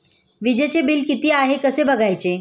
वीजचे बिल किती आहे कसे बघायचे?